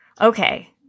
Okay